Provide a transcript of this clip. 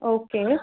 okay